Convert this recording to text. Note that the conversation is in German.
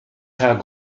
herrn